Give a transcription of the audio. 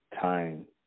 time